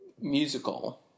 musical